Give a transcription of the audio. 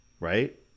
Right